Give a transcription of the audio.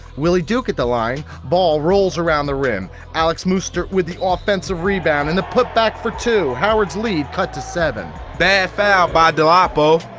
willie duke at the line, ball rolls around the rim, alex mustert with the offensive rebound and the putback for two. howard's lead cut to seven. bad foul by dolapo.